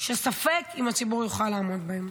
שספק אם הציבור יוכל לעמוד בהם.